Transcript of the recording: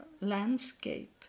landscape